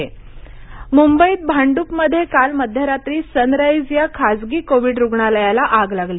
आग मुंबईत भांडूपमध्ये काल मध्यरात्री सनराईज या खासगी कोविड रुग्णालयाला आग लागली